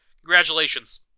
Congratulations